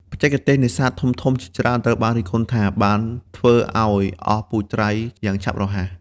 បច្ចេកទេសនេសាទធំៗជាច្រើនត្រូវបានរិះគន់ថា បានធ្វើឱ្យ អស់ពូជត្រី យ៉ាងឆាប់រហ័ស។